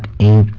eight